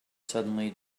suddenly